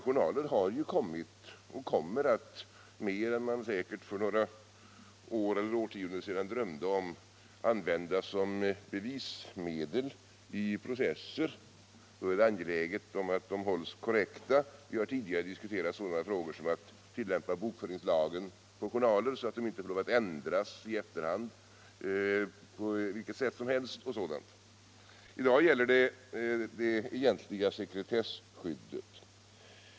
Journalen har ju kommit och kommer att — mer än man säkerligen för några år eller årtionden sedan drömde om — användas som bevismedel i processer. Då är det angeläget att de hålls korrekta. Vi har tidigare t.ex. diskuterat en sådan fråga som att tillämpa bokföringslagen på journaler, så att det inte skall vara tillåtet att ändra dem i efterhand på vilket sätt som helst. I dag gäller det det egentliga sekretesskyddet.